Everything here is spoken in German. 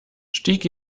stieg